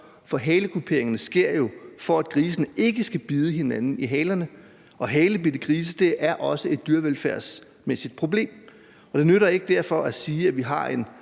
for halekuperingerne sker jo for, at grisene ikke skal bide hinanden i halerne, og halebidte grise er også et dyrevelfærdsmæssigt problem. Det nytter derfor ikke at sige, at vi har en